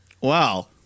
Wow